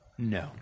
No